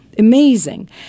Amazing